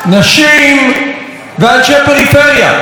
נשים ואנשי פריפריה.